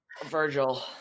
Virgil